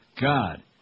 God